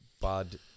Bud